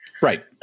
Right